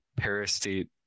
parastate